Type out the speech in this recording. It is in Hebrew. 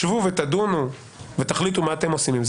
שבו ותדונו ותחליטו מה אתם עושים עם זה.